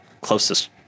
closest